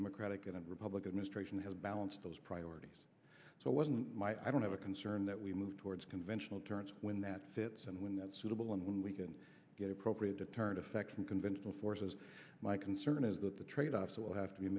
democratic and republican administrations has balanced those priorities so wasn't my i don't have a concern that we move towards conventional terms when that fits and when that's suitable and when we can get appropriate deterrent effect from conventional forces my concern is that the trade offs will have to be